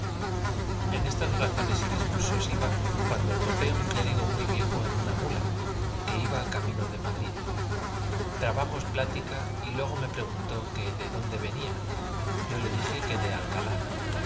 en estas razones y discursos iba cuando topé un clérigo muy viejo en una mula que iba camino de madrid trabamos plática y luego me preguntó que de dónde venía yo le dije que de alcalá